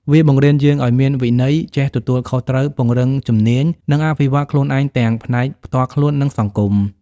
វាបង្រៀនយើងឲ្យមានវិន័យ ចេះទទួលខុសត្រូវ ពង្រឹងជំនាញ និងអភិវឌ្ឍខ្លួនឯងទាំងផ្នែកផ្ទាល់ខ្លួន និងសង្គម។